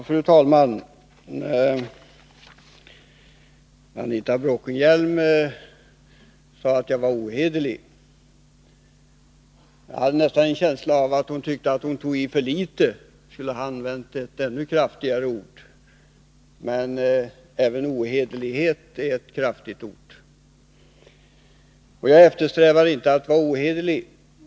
Fru talman! Anita Bråkenhielm sade att jag var ohederlig. Jag hade nästan en känsla av att hon tyckte att hon tog i för litet och att hon skulle ha använt ett ännu kraftigare ord, men även ohederlig är ett kraftigt ord. Och jag eftersträvar inte att vara ohederlig.